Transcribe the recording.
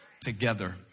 together